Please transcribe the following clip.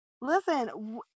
Listen